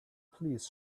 please